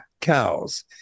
cows